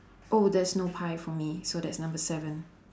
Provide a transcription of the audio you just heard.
oh there's no pie for me so that's number seven